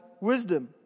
wisdom